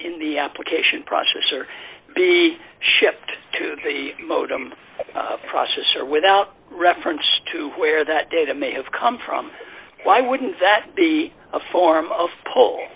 in the application process or be shipped to the modem processor without reference to where that data may have come from why wouldn't that be a form of p